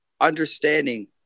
understanding